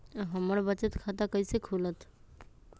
हमर बचत खाता कैसे खुलत?